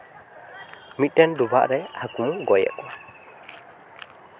ᱢᱤᱫᱴᱮᱱ ᱰᱚᱵᱷᱟᱜ ᱨᱮ ᱦᱟᱹᱠᱩᱢ ᱜᱚᱡ ᱮᱫ ᱠᱚᱣᱟ